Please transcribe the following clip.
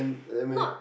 not